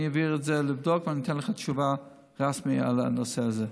אני אעביר את זה לבדיקה ואתן לך תשובה רשמית על הנושא הזה.